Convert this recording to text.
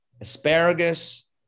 asparagus